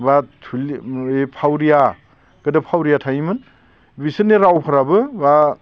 फावरिया गोदो फावरिया थायोमोन बिसोरनि रावफ्राबो बा